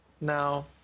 Now